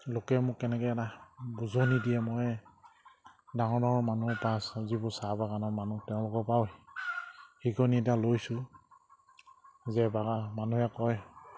লোকে মোক কেনেকে এটা বুজনি দিয়ে মই ডাঙৰ ডাঙৰ মানুহ বা যিবোৰ চাহ বাগানৰ মানুহ তেওঁলোকৰ পৰাাও শিকনি এটা লৈছোঁ যে বা মানুহে কয়